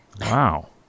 Wow